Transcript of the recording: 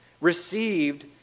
received